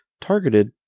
targeted